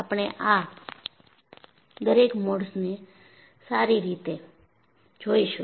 આપણે આ દરેક મોડ્સને સારી રીતે જોઈશું